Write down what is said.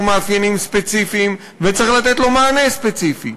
מאפיינים ספציפיים וצריך לתת לו מענה ספציפי,